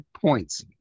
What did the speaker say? points